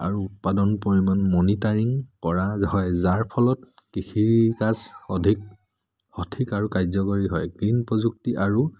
আৰু উৎপাদন পৰিমাণ মনিটাৰিং কৰা হয় যাৰ ফলত কৃষিকাজ অধিক সঠিক আৰু কাৰ্যকাৰী হয় গ্ৰীণ প্ৰযুক্তি আৰু